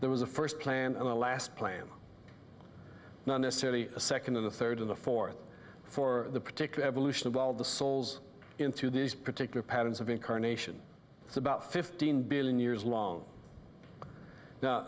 there was a first plan a last plan not necessarily a second of the third in the fourth for the particular evolution of all the souls into these particular patterns of incarnation it's about fifteen billion years long now